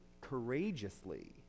courageously